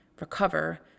recover